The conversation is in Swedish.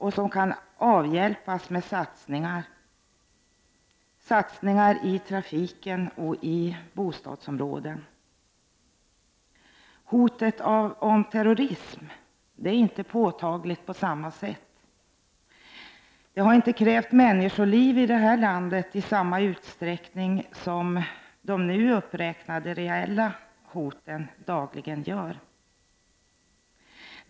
De kan avhjälpas med satsningar på fler poliser i trafiken och i bostadsområden. Hotet om terrorism är inte på samma sätt påtagligt. Det har inte i det här landet krävt människoliv i samma utsträckning som de nyss uppräknade reella hoten dagligen gör.